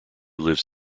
lives